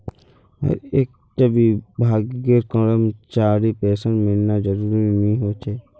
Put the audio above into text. हर एक टा विभागेर करमचरीर पेंशन मिलना ज़रूरी नि होछे